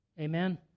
amen